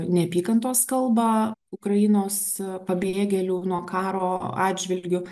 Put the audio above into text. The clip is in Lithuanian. neapykantos kalbą ukrainos pabėgėlių nuo karo atžvilgiu